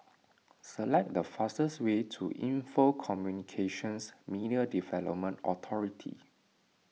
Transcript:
select the fastest way to Info Communications Media Development Authority